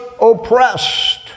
oppressed